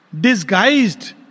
Disguised